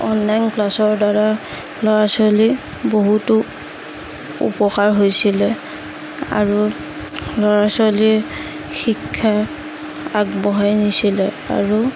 online ক্লাছৰ দ্বাৰা ল'ৰা ছোৱালীৰ বহুতো উপকাৰ হৈছিলে আৰু ল'ৰা ছোৱালীয়ে শিক্ষা আগবঢ়াই নিছিলে আৰু